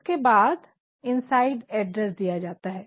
उसके बाद inside address दिया जाता है